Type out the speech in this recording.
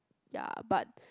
ya but